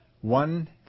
One